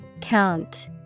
Count